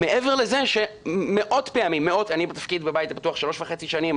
מעבר לזה שמאות פעמים אני בתפקיד בבית הפתוח שלוש וחצי שנים,